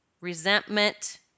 resentment